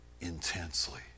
intensely